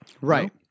Right